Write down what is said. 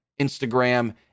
Instagram